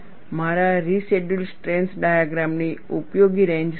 મારા residual strength diagram ની ઉપયોગી રેન્જ શું છે